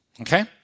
Okay